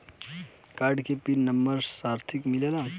Card के PIN number number साथही मिला?